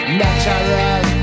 natural